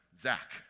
Zach